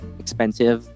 expensive